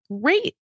great